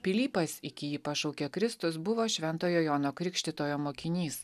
pilypas iki jį pašaukė kristus buvo šventojo jono krikštytojo mokinys